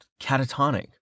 catatonic